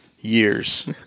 years